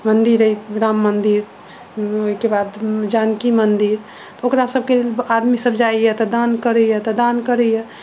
मन्दिर अछि राम मन्दिर ओहिके बाद जानकी मन्दिर ओकरा सभकेँ आदमी सभ जाइए तऽ दान करैया तऽ